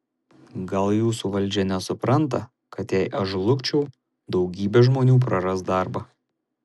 gal jūsų valdžia nesupranta kad jei aš žlugčiau daugybė žmonių praras darbą